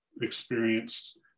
experienced